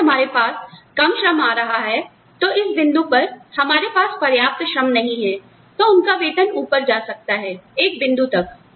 अगर हमारे पास कम श्रम आ रहा है तो इस बिंदु पर हमारे पास पर्याप्त श्रम नहीं है तो उनका वेतन ऊपर जा सकता है एक बिंदु तक